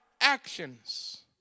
actions